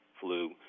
flu